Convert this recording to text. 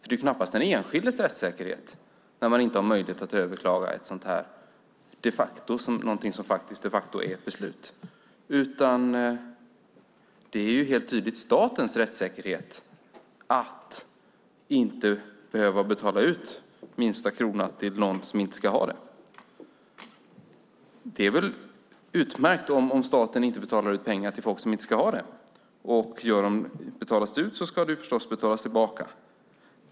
Det är knappast den enskildes rättssäkerhet, eftersom det inte finns möjlighet att överklaga något som de facto är ett beslut, utan det är helt tydligt statens rättssäkerhet att inte behöva betala ut minsta krona till någon som inte ska ha den. Det är utmärkt om staten inte betalar ut pengar till folk som inte ska ha det, och betalas det ut ska det förstås betalas tillbaka.